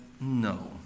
no